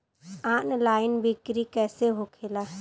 Online बिक्री कैसे होखेला?